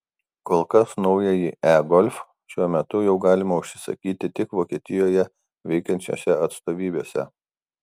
kol kas naująjį e golf šiuo metu jau galima užsisakyti tik vokietijoje veikiančiose atstovybėse